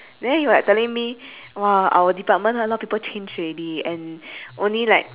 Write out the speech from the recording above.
then he was like telling me !wah! our department a lot of people change already and only like